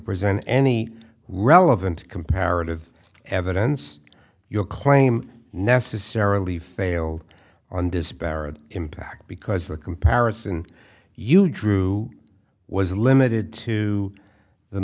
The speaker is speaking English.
present any relevant comparative evidence your claim necessarily failed on disparate impact because the comparison you drew was limited to the